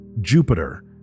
Jupiter